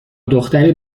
دختری